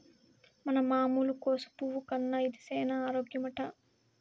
మన మామూలు కోసు పువ్వు కన్నా ఇది సేన ఆరోగ్యమట